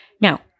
Now